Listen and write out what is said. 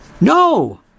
No